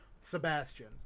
Sebastian